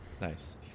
Nice